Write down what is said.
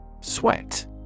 Sweat